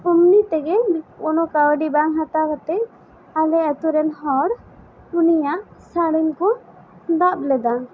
ᱚᱢᱱᱤ ᱛᱮᱜᱮ ᱢᱤᱛ ᱠᱚᱱᱚ ᱠᱟᱹᱣᱰᱤ ᱵᱟᱝ ᱦᱟᱛᱟᱣ ᱠᱟᱛᱮᱜ ᱟᱞᱮ ᱟᱛᱳ ᱨᱮᱱ ᱦᱚᱲ ᱩᱱᱤᱭᱟᱜ ᱥᱟᱹᱲᱤᱢ ᱠᱚ ᱫᱟᱵ ᱞᱮᱫᱟ